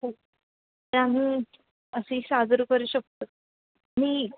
हो तर आम्ही असे साजरं करू शकतो मी